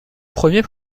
premier